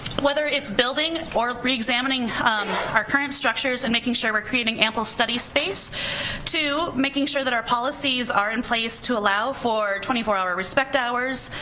whether it's building or reexamining um our current structures and making sure we're creating ample study space to making sure that our policies are in place to allow for twenty four hour respect hours,